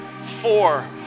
four